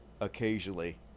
Occasionally